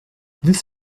this